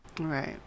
right